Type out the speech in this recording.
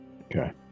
Okay